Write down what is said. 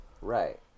Right